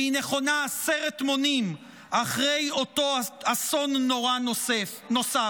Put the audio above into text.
והיא נכונה עשרות מונים אחרי אותו אסון נורא נוסף.